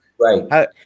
Right